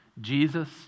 Jesus